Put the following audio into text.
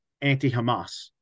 anti-Hamas